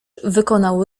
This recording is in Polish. wykonał